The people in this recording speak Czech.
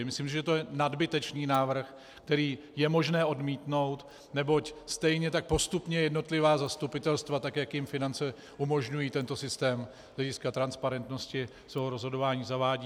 Myslím si, že je to nadbytečný návrh, který je možné odmítnout, neboť stejně tak postupně jednotlivá zastupitelstva, tak jak jim finance umožňují, tento systém z hlediska transparentnosti svého rozhodování zavádějí.